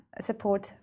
support